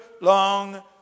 long